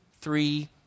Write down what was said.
three